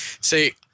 See